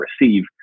receive